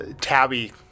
tabby